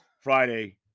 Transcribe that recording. Friday